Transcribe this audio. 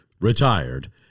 retired